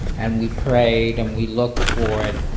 and we prayed and we looked for it.